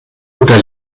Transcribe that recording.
oder